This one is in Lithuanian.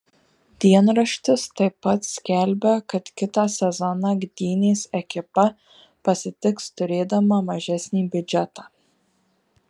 dienraštis taip pat skelbia kad kitą sezoną gdynės ekipa pasitiks turėdama mažesnį biudžetą